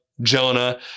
Jonah